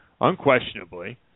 unquestionably